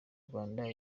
rwanda